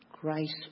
grace